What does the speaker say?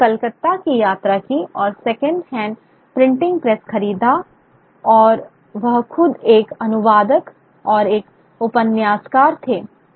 उन्होंने कलकत्ता की यात्रा की और सेकंड हैंड प्रिंटिंग प्रेस खरीदा और वह खुद एक अनुवादक और एक उपन्यासकार थे